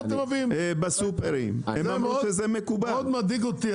ההתנגדות שלכם מדאיגה אותי,